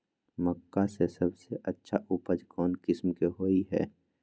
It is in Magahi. मक्का के सबसे अच्छा उपज कौन किस्म के होअ ह?